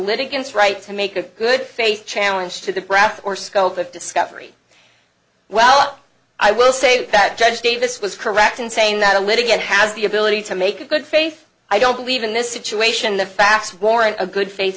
litigants right to make a good faith challenge to the graph or scope of discovery well i will say that judge davis was correct in saying that a litigant has the ability to make a good faith i don't believe in this situation the facts warrant a good faith